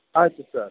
ಆಯಿತು ಸರ್